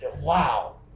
Wow